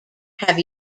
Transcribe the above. have